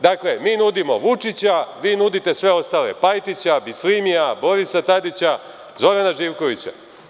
Dakle, mi nudimo Vučića, vi nudite sve ostale, Pajtića, Bislinija, Borisa Tadića, Zorana Živkovića.